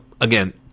again